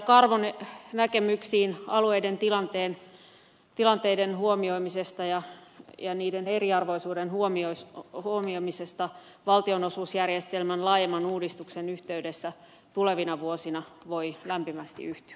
karvon näkemyksiin alueiden tilanteiden huomioimisesta ja niiden eriarvoisuuden huomioimisesta valtionosuusjärjestelmän laajemman uudistuksen yhteydessä tulevina vuosina voi lämpimästi yhtyä